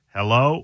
Hello